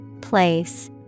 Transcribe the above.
Place